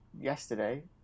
yesterday